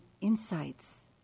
insights